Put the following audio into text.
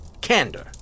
candor